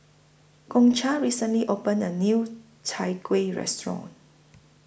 Concha recently opened A New Chai Kuih Restaurant